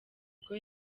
bwo